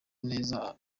neza